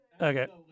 Okay